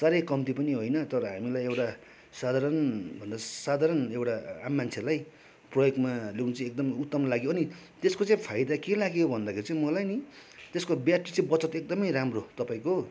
साह्रै कम्ती पनि होइन तर हामीलाई एउटा साधारणभन्दा साधारण एउटा आम मान्छेलाई प्रयोगमा ल्याउनु चाहिँ एकदमै उत्तम लाग्यो नि त्यसको चाहिँ फाइदा के लाग्यो भन्दाखेरि चाहिँ मलाई नि त्यसको ब्याट्री चाहिँ बचत एकदमै राम्रो तपाईँको